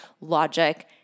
logic